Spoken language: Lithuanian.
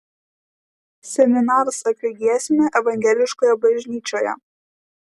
seminaras apie giesmę evangeliškoje bažnyčioje